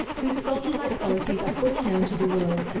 whose soldier-like qualities are fully known to the world.